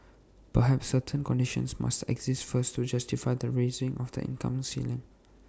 perhaps certain conditions must exist first to justify the raising of the income ceiling